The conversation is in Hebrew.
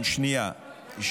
לא,